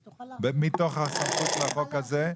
היא תוכל להרחיב --- מתוך הסמכות של החוק הזה.